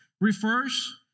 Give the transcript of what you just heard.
refers